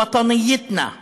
פעם הלאומיות שלנו הפריעה,